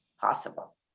possible